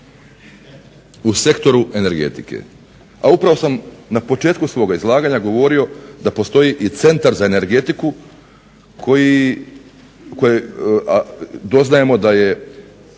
U sektoru energetike. A upravo sam na početku svoga izlaganja govorio da postoji i Centar za energetiku, a doznajemo da je